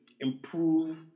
Improve